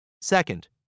Second